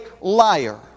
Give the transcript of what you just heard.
liar